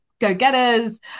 go-getters